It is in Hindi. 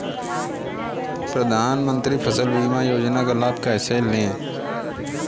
प्रधानमंत्री फसल बीमा योजना का लाभ कैसे लें?